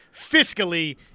fiscally